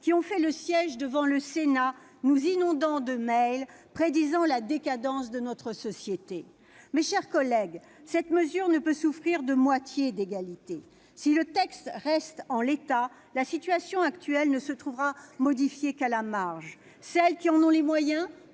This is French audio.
qui ont fait le siège devant le Sénat, nous inondant de méls prédisant la décadence de notre société ? Mes chers collègues, cette mesure ne peut souffrir de moitié d'égalité ! Si le texte reste en l'état, la situation actuelle ne se trouvera modifiée qu'à la marge : celles qui en ont les moyens